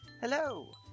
Hello